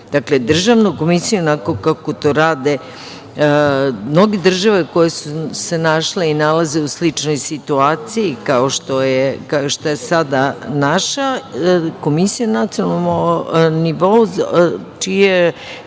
državnu komisiju onako kako to rade mnoge države koje su se našle i nalaze u sličnoj situaciji kao što je sada naša Komisija na nacionalnom nivou, za